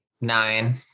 nine